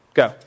go